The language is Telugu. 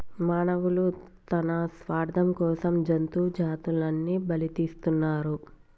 మానవులు తన స్వార్థం కోసం జంతు జాతులని బలితీస్తున్నరు